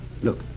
look